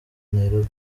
nairobi